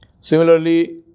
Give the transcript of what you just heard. Similarly